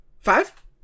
Five